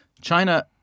China